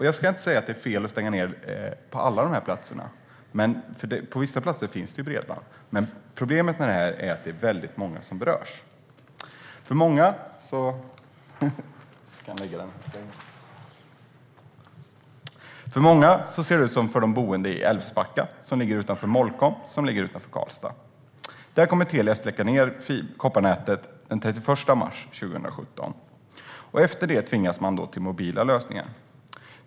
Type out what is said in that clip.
Jag ska inte säga att det är fel att stänga ned på alla dessa platser - på vissa platser finns det bredband - men problemet är att väldigt många berörs. För många ser det ut som för de boende i Älvsbacka, som ligger utanför Molkom, som i sin tur ligger utanför Karlstad. Där kommer Telia att släcka ned kopparnätet den 31 mars 2017. Efter det tvingas man till mobila lösningar.